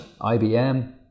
IBM